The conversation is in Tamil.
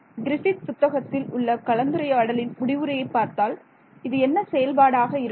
கிரிஃபித் புத்தகத்தில் உள்ள கலந்துரையாடலின் முடிவுரையை பார்த்தால் இது என்ன செயல்பாடாக இருக்கும்